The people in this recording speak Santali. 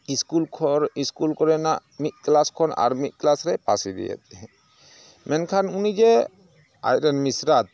ᱥᱠᱩᱞ ᱠᱷᱚᱨ ᱥᱠᱩᱞ ᱠᱚᱨᱮᱱᱟᱜ ᱢᱤᱫ ᱠᱞᱟᱥ ᱠᱷᱚᱱ ᱟᱨ ᱢᱤᱫ ᱠᱞᱟᱥᱨᱮᱭ ᱯᱟᱥ ᱤᱫᱤᱭᱮᱫ ᱛᱮᱦᱮᱸᱫ ᱢᱮᱱᱠᱷᱟᱱ ᱩᱱᱤ ᱡᱮ ᱟᱡᱨᱮᱱ ᱢᱤᱥᱨᱟᱛ